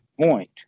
point